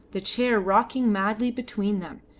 the chair rocking madly between them,